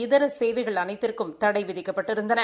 இதர சேவைகள் அனைத்துக்கும் தடை விதிக்கப்பட்டிருந்தன